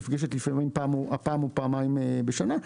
לפעמים היא נפגשת פעם או פעמיים בשנה.